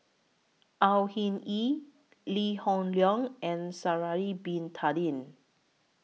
Au Hing Yee Lee Hoon Leong and Sha'Ari Bin Tadin